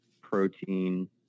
protein